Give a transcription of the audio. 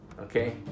Okay